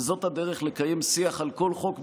וזאת הדרך לקיים שיח על כל חוק,